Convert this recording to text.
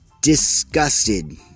disgusted